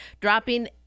dropping